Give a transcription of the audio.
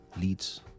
leads